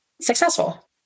successful